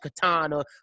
katana